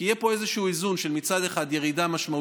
כי יהיה פה איזה איזון: מצד אחד ירידה משמעותית,